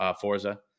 Forza